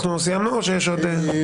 סיימת או שיש לך עוד משהו להוסיף?